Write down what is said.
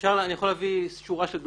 אני יכול להביא שורה של דוגמאות.